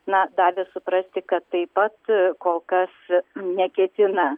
na davė suprasti kad taip pat kol kas neketina